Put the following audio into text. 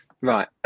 right